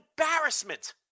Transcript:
embarrassment